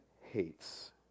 hates